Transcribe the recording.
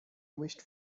wished